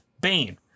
bane